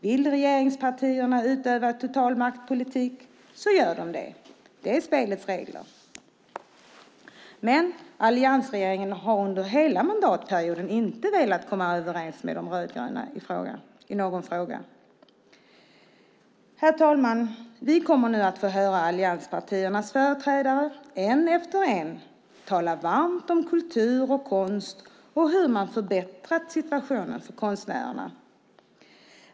Vill regeringspartierna utöva total maktpolitik gör de det. Det är spelets regler. Men alliansregeringen har under mandatperioden inte velat komma överens med De rödgröna i någon fråga. Herr talman! Vi kommer nu att få höra allianspartiernas företrädare, en efter en, tala varmt om kultur och konst och hur man förbättrat situationen för konstnärerna.